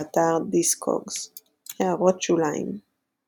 באתר Discogs == הערות שוליים ==